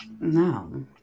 no